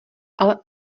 ale